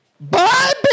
Bye